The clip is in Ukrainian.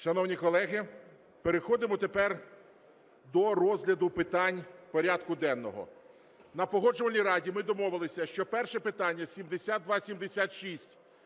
Шановні колеги, переходимо тепер до розгляду питань порядку денного. На Погоджувальній раді ми домовилися, що перше питання 7276